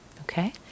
okay